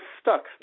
stuck